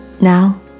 Now